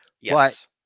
Yes